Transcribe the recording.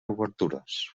obertures